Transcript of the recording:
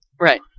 Right